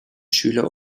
schüler